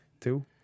Two